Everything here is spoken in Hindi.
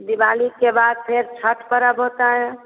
दिवाली के बाद फिर छठ पर्व होता है